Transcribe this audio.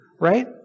right